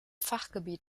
fachgebiet